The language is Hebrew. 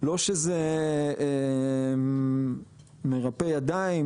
לא שזה מרפה ידיים,